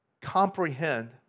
comprehend